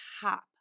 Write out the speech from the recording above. top